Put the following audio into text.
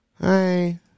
Hi